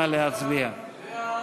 נא להצביע.